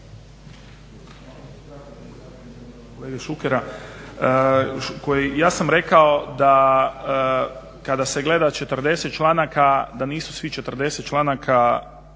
Ja sam rekao da kada se gleda 40 članaka da nisu svih 40 članaka